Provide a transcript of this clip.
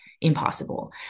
impossible